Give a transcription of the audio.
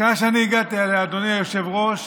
המסקנה שאני הגעתי אליה, אדוני היושב-ראש,